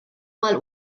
mal